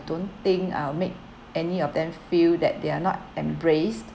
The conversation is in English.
don't think I'll make any of them feel that they are not embraced